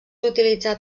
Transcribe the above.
utilitzat